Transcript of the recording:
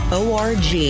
org